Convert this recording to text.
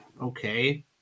okay